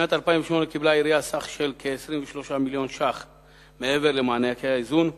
בשנת 2008 קיבלה העירייה סכום של כ-23 מיליון שקלים מעבר למענקי האיזון,